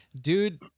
dude